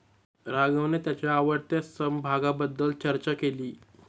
राघवने त्याच्या आवडत्या समभागाबद्दल चर्चा केली